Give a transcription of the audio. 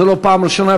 זו לא הפעם הראשונה,